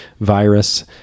virus